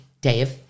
Dave